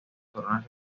corona